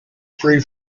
free